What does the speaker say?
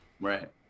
Right